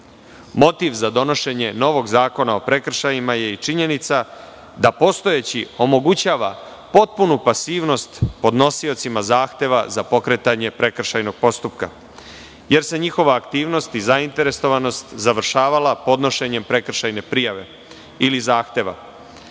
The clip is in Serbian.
za donošenje novog zakona o prekršajima je i činjenica da postojeći omogućava potpunu pasivnost podnosiocima zahteva za pokretanje prekršajnog postupka, jer se njihova aktivnost i zainteresovanost završavala podnošenjem prekršajne prijave ili zahteva.